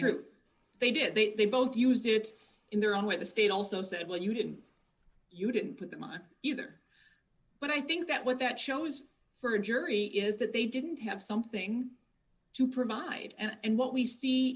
through they did they both used it in their own way the state also said well you didn't you didn't put them on either but i think that what that shows for a jury is that they didn't have something to provide and what we see